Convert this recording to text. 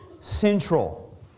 central